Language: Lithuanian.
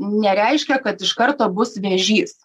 nereiškia kad iš karto bus vėžys